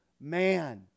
man